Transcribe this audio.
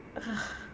ugh